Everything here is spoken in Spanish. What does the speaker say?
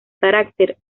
carácter